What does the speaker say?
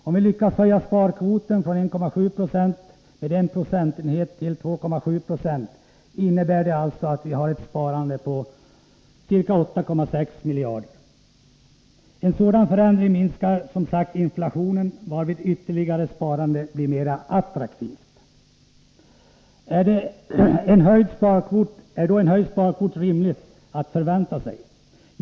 Om vi lyckas höja sparkvoten med en procentenhet från 1,7 96 till 2,7 26, innebär det att vi får ett sparande på ca 8,6 miljarder. En sådan förändring minskar som sagt inflationen, varvid ytterligare sparande blir mer attraktivt. Är det då rimligt att förvänta sig en höjd sparkvot?